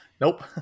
Nope